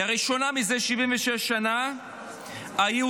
לראשונה מזה 76 שנה היהודים,